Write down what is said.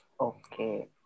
Okay